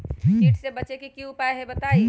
कीट से बचे के की उपाय हैं बताई?